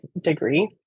degree